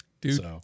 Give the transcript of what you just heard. Dude